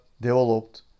developed